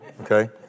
okay